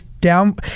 down